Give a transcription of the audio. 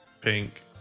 Pink